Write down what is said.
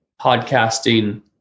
podcasting